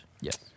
Yes